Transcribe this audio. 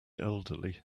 elderly